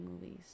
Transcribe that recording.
movies